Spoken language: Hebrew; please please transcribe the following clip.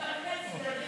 לכל צד.